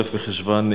י"א בחשוון,